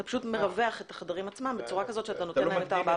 אתה פשוט מרווח את החדרים עצמם בצורה כזאת שאתה נותן להם 4.5 מטר.